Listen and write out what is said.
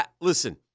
listen